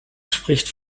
spricht